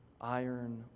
iron